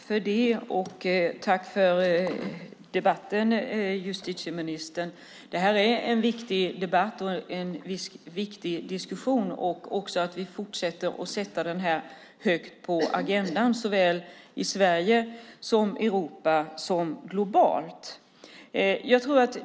Fru talman! Tack för debatten, justitieministern! Det här är en viktig debatt. Det är viktigt att vi fortsätter att sätta diskussionen högt på agendan såväl i Sverige, i Europa som globalt.